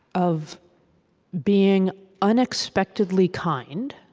of being unexpectedly kind